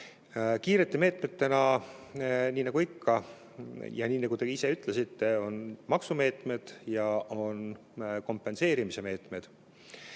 Kiired meetmed, nii nagu ikka ja nii nagu te ka ise ütlesite, on maksumeetmed ja kompenseerimismeetmed.